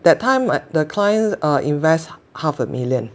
that time err the client err invest half a million